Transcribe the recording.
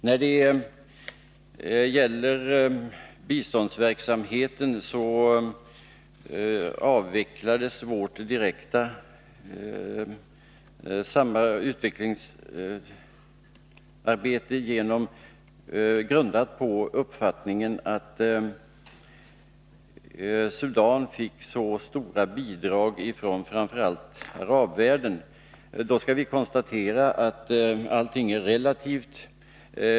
Vad beträffar biståndsverksamheten, så avvecklades vårt direkta utvecklingsarbete på grund av att man hade uppfattningen att Sudan fick så stora bidrag från framför allt arabvärlden. Då skall vi konstatera att allting är relativt.